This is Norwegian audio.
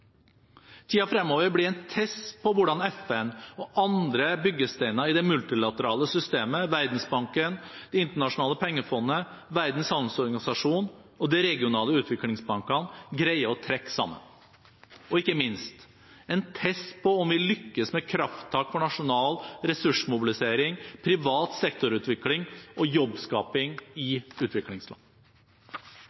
fremover blir en test på hvordan FN og de andre byggesteinene i det multilaterale systemet – Verdensbanken, Det internasjonale pengefondet, Verdens handelsorganisasjon og de regionale utviklingsbankene – greier å trekke sammen, og ikke minst en test på om vi lykkes med krafttak for nasjonal ressursmobilisering, privat sektor-utvikling og jobbskaping i utviklingsland.